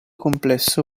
complesso